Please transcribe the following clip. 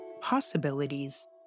possibilities